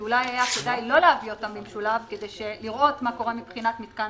כי אולי היה כדאי לא להביא אותם במשולב כדי לראות מה קורה מבחינת מתקן